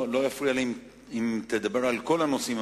לא יפריע לי אם תדבר על כל הנושאים,